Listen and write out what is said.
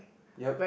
yup